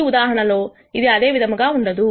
ఈ ఉదాహరణలో ఇది అదే విధముగా ఉండదు